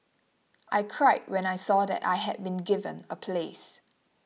I cried when I saw that I had been given a place